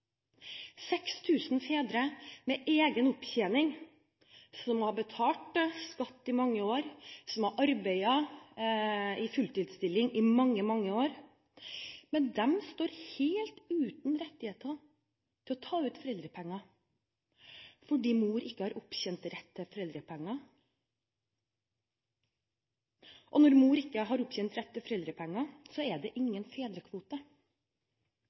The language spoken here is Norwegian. fedre, med egen opptjening, som har betalt skatt i mange år, som har arbeidet i fulltidsstilling i mange år, men som står helt uten rettigheter til å ta ut foreldrepenger fordi mor ikke har opptjent rett til foreldrepenger. Når mor ikke har opptjent rett til foreldrepenger, er det ingen fedrekvote.